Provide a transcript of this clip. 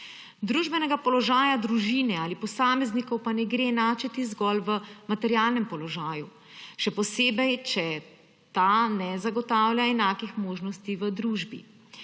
Družbenega položaja družine ali posameznikov pa ne gre enačiti zgolj v materialnem položaju, še posebej če ta ne zagotavlja enakih možnosti v družbi.